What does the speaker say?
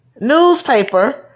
newspaper